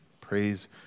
Praise